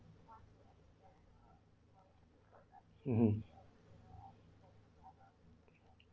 mmhmm